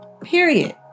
Period